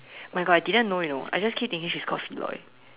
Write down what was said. my God I didn't know you know I just keep thinking she is called Feloy